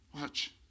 Watch